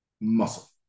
muscle